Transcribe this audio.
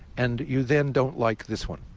and you then don't like this one.